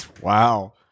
Wow